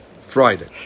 Friday